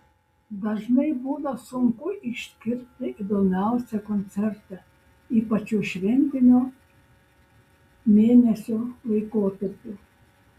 dažnai būna sunku išskirti įdomiausią koncertą ypač šiuo šventinio mėnesio laikotarpiu